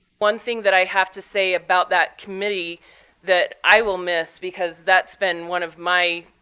one thing that i have to say about that committee that i will miss because that's been one of my